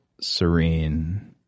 serene